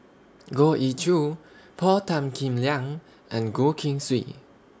Goh Ee Choo Paul Tan Kim Liang and Goh Keng Swee